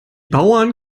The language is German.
bauern